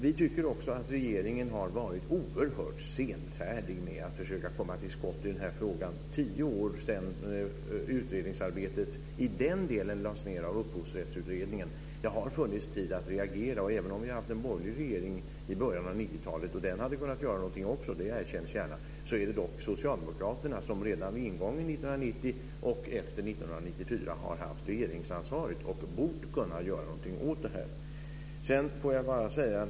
Vi tycker också att regeringen har varit oerhört senfärdig med att försöka komma till skott i frågan. Det är tio år sedan som utredningsarbetet i den delen lades ned av Upphovsrättsutredningen. Det har funnits tid att reagera. Även om vi hade en borgerlig regering i början av 90-talet - och det erkänns gärna att den hade kunnat göra någonting också - så är det dock Socialdemokraterna som redan vid ingången av 1990 och efter 1994 har haft regeringsansvaret och bort kunna göra någonting åt detta.